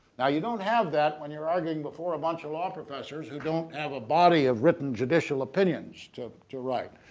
now you don't have that when you're arguing before a bunch of law professors who don't have a body of written judicial opinions to to write?